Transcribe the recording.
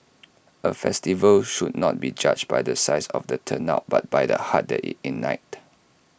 A festival should not be judged by the size of the turnout but by the hearts that IT ignited